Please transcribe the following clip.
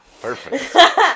Perfect